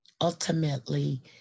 ultimately